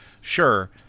sure